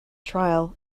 trial